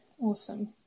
Awesome